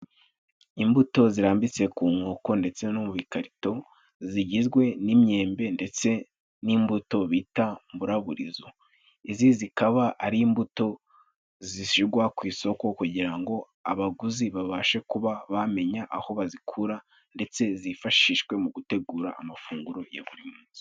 Imbuto zirambitse ku nkoko ndetse no mu bikarito zigizwe n'imyembe ndetse n'imbuto bita umuraburizo. Izi zikaba ari imbuto zishigwa ku isoko kugira ngo abaguzi babashe kuba bamenya aho bazikura ndetse zifashishwe mu gutegura amafunguro ya buri munsi.